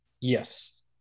Yes